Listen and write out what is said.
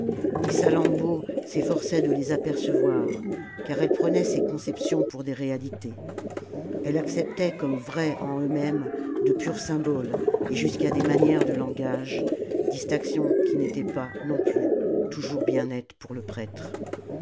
et salammbô s'efforçait de les apercevoir car elle prenait ces conceptions pour des réalités elle acceptait comme vrais en eux-mêmes de purs symboles et jusqu'à des manières de langage distinction qui n'était pas non plus toujours bien nette pour le prêtre